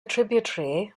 tributary